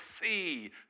see